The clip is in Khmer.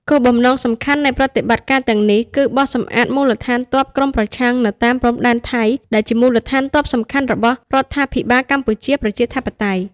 គោលបំណងសំខាន់នៃប្រតិបត្តិការទាំងនេះគឺបោសសម្អាតមូលដ្ឋានទ័ពក្រុមប្រឆាំងនៅតាមព្រំដែនថៃ ដែលជាមូលដ្ឋានទ័ពសំខាន់របស់រដ្ឋាភិបាលកម្ពុជាប្រជាធិបតេយ្យ ។